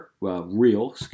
real